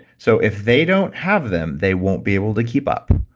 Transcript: so, if they don't have them, they won't be able to keep up.